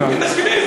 הם מסכימים?